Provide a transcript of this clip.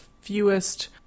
fewest